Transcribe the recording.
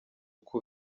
uko